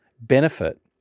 benefit